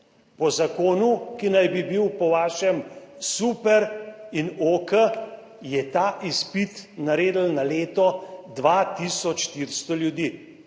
Po zakonu, ki naj bi bil po vašem super in okej, je ta izpit naredili na leto 2400 ljudi